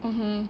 mmhmm